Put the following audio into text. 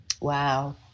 Wow